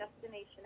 destination